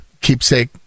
Keepsake